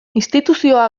instituzioa